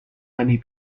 honey